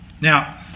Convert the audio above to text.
Now